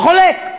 חולק.